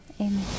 Amen